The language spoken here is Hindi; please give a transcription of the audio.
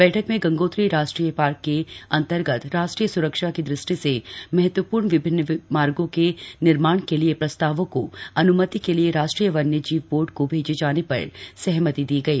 बैठक में गंगोत्री राष्ट्रीय पार्क के अंतर्गत राष्ट्रीय स्रक्षा की दृष्टि से महत्वपूर्ण विभिन्न मार्गों के निर्माण के लिए प्रस्तावों को अन्मति के लिए राष्ट्रीय वन्य जीव बोर्ड को भेजे जाने पर सहमति दी गई